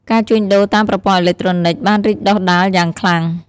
ការជួញដូរតាម ប្រព័ន្ធអេឡិចត្រូនិក បានរីកដុះដាលយ៉ាងខ្លាំង។